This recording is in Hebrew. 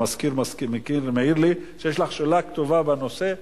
המזכיר מעיר לי שיש לך שאלה כתובה בנושא,